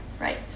right